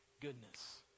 goodness